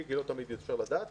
כי לא תמיד אפשר לדעת.